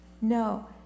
no